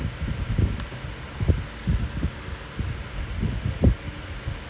they said like இன்னைக்கு நாற்பது பேரு:innaikku naarpathu peru imagine eight teams you know I don't wanna wait so long